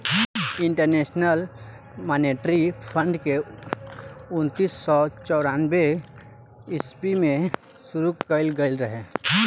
international monetary fund के उन्नीस सौ चौरानवे ईस्वी में शुरू कईल गईल रहे